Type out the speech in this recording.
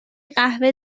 قهوه